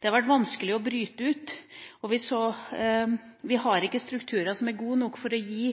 Det har vært vanskelig å bryte ut. Vi har ikke strukturer som er gode nok til å gi